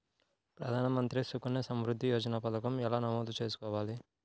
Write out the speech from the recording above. ప్రధాన మంత్రి సుకన్య సంవృద్ధి యోజన పథకం ఎలా నమోదు చేసుకోవాలీ?